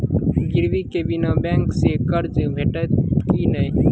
गिरवी के बिना बैंक सऽ कर्ज भेटतै की नै?